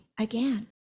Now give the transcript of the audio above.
again